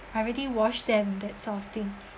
I already washed them that sort of thing